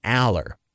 Aller